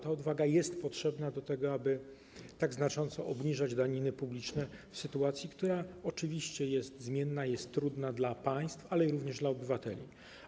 Ta odwaga jest potrzebna do tego, aby tak znacząco obniżać daniny publiczne w sytuacji, która oczywiście jest zmienna, jest trudna dla państw, ale również dla obywateli.